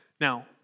Now